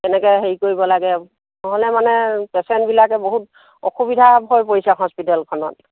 তেনেকৈ হেৰি কৰিব লাগে নহ'লে মানে পেচেণ্টবিলাকে বহুত অসুবিধা হৈ পৰিছে হস্পিটেলখনত